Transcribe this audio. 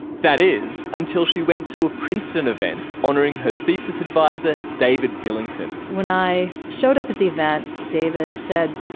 that is until she went to a princeton event honoring her thesis adviser, david billington when i showed up at the event, david said,